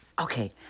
Okay